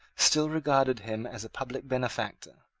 still regarded him as a public benefactor.